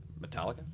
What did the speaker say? metallica